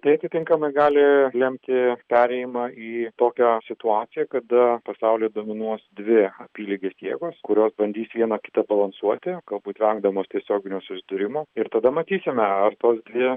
tai atitinkamai gali lemti perėjimą į tokią situaciją kada pasaulyje dominuos dvi apylygės jėgos kurios bandys vieną kitą balansuoti galbūt vengdamas tiesioginio susidūrimo ir tada matysime ar tos dvi